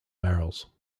barrels